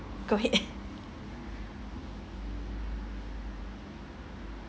go ahead